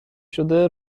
شده